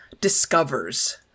discovers